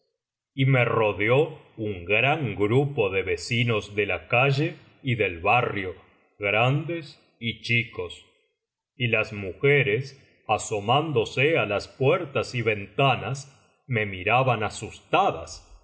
y me rodeó un gran grupo de vecinos de la calle y del barrio grandes y chicos y las mujeres asomándose á las puertas y ventanas me miraban asustadas